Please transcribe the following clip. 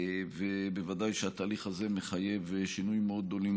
ובוודאי שהתהליך הזה מחייב שינויים מאוד גדולים